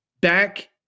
back